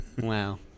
Wow